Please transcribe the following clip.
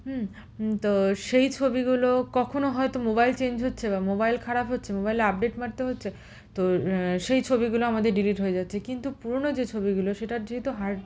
হুম তো সেই ছবিগুলো কখনও হয়তো মোবাইল চেঞ্জ হচ্ছে বা মোবাইল খারাপ হচ্ছে মোবাইলে আপডেট মারতে হচ্ছে তো সেই ছবিগুলো আমাদের ডিলিট হয়ে যাচ্ছে কিন্তু পুরোনো যে ছবিগুলো সেটার যেহেতু হার্ড